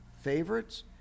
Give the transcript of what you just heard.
favorites